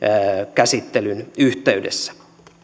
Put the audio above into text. käsittelyn yhteydessä